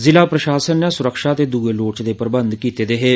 जिला प्रशासन नै सुरक्षा ते दुए लोड़चदे प्रबंघ कीते दे हे